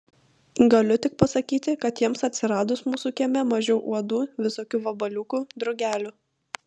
galiu tik pasakyti kad jiems atsiradus mūsų kieme mažiau uodų visokių vabaliukų drugelių